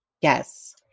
yes